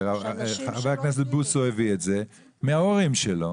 וחבר הכנסת בוסו הביא את זה מההורים שלו,